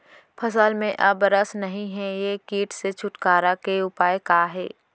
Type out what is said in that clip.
फसल में अब रस नही हे ये किट से छुटकारा के उपाय का हे?